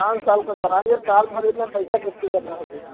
पाँच साल का कराएंगे सालभर में पैसा कितना जमा होंगे